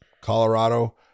Colorado